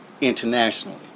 internationally